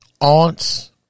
aunts